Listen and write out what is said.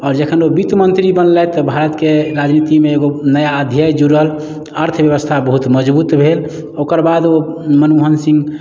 आओर जखन ओ वित्त मंत्री बनलथि तऽ भारत के राजनीती मे एगो नया अध्याय जुड़ल अर्थव्यवस्था बहुत मजबूत भेल ओकरबाद ओ मनमोहन सिंह